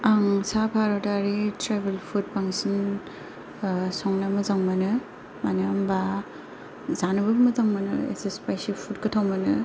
आं सा भारतारि ट्राइबेल फुड बांसिन संनो मोजां मोनो मानो होनबा जानोबो मोजां मोनो एसे स्पाइसि फुड गोथाव मोनो